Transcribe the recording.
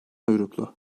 uyruklu